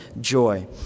joy